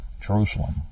Jerusalem